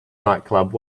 nightclub